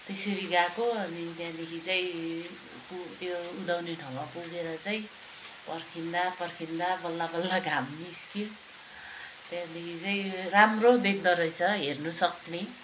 त्यसरी गएको अनि त्यहाँदेखि चाहिँ उ त्यो उदाउने ठाउँमा पुगेर चाहिँ पर्खिँदा पर्खिँदा बल्ल बल्ल घाम निस्कियो त्यहाँदेखि चाहिँ राम्रो देख्दो रहेछ हेर्नु सक्ने